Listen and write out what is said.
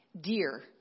dear